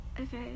Okay